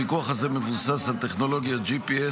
הפיקוח הזה מבוסס על טכנולוגיית GPS,